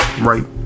Right